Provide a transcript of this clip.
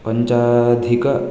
पञ्चाधिक